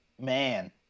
man